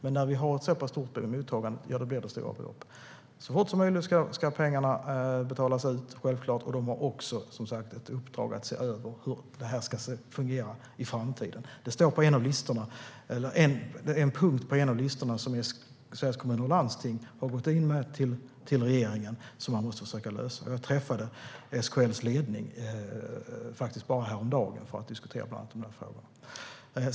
Men när vi har ett så pass stort mottagande blir det stora belopp. Så fort som möjligt ska pengarna betalas ut - det är självklart. Man har också, som sagt, ett uppdrag att se över hur det här ska fungera i framtiden. Det är en punkt på en av de listor som Sveriges Kommuner och Landsting har gått in med till regeringen. Detta måste man försöka lösa. Jag träffade faktiskt SKL:s ledning häromdagen för att diskutera bland annat de frågorna.